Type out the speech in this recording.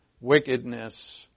wickedness